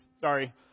Sorry